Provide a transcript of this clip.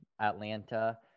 Atlanta